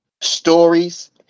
stories